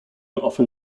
often